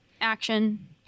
action